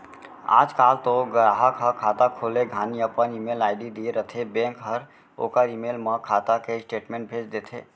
आज काल तो गराहक ह खाता खोले घानी अपन ईमेल आईडी दिए रथें बेंक हर ओकर ईमेल म खाता के स्टेटमेंट भेज देथे